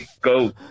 go